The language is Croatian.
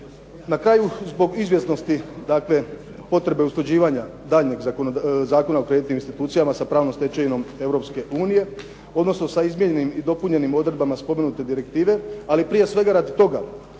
Na kraju, zbog izvjesnosti dakle potrebe usklađivanja daljnjeg Zakona o kreditnim institucijama sa pravnom stečevinom Europske unije, odnosno sa izmijenjenim i dopunjenim odredbama spomenute direktive, ali prije svega radi toga